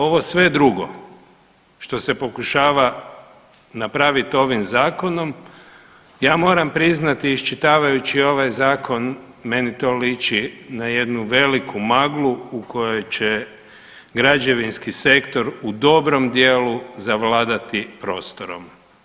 Ovo sve drugo što se pokušava napraviti ovim Zakonom, ja moram priznati, iščitavajući ovaj Zakon, meni to liči na jednu veliku maglu u kojoj će građevinski sektor u dobrom dijelu zavladati prostorom.